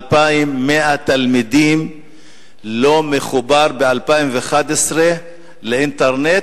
2,100 תלמידים לא מחוברים ב-2011 לאינטרנט,